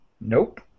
Nope